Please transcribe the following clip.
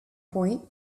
point